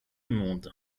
monde